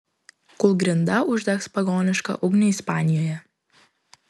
kūlgrinda uždegs pagonišką ugnį ispanijoje